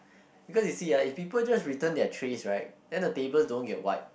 because you see ah if people just return their trays right then the tables don't get wiped